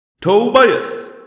Tobias